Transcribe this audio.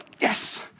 Yes